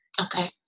Okay